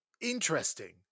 Interesting